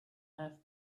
have